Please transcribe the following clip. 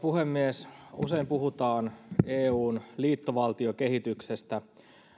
puhemies usein puhutaan eun liittovaltiokehityksestä